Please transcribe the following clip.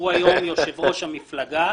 הוא היום יושב ראש המפלגה.